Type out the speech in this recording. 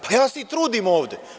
Pa, ja se i trudim ovde.